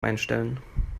einstellen